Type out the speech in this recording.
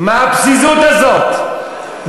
מה הפזיזות הזאת?